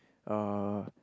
uh